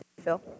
Phil